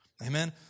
Amen